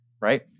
right